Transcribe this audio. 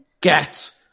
Get